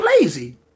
lazy